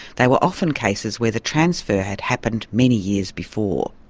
they were often cases where the transfer had happened many years before.